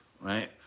right